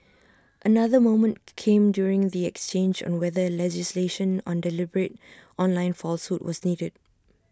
another moment came during the exchange on whether legislation on deliberate online falsehood was needed